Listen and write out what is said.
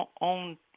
own